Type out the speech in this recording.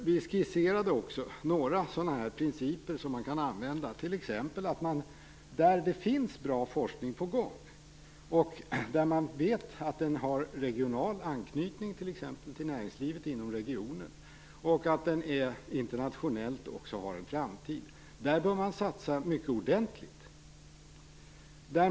Vi har skisserat några principer som man kan använda. T.ex.: Där det finns bra forskning som man vet har regional anknytning till exempelvis regionens näringsliv och som man vet också har en internationell framtid - där bör man satsa ordentligt.